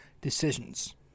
decisions